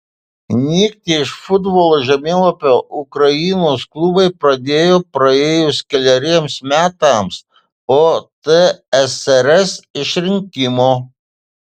nykti iš futbolo žemėlapio ukrainos klubai pradėjo praėjus keleriems metams po tsrs iširimo